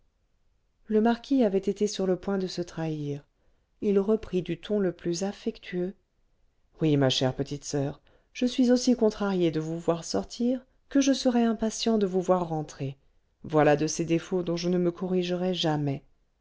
le marquis avait été sur le point de se trahir il reprit du ton le plus affectueux oui ma chère petite soeur je suis aussi contrarié de vous voir sortir que je serai impatient de vous voir rentrer voilà de ces défauts dont je ne me corrigerai jamais